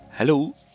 Hello